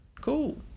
Cool